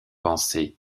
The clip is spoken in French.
pensées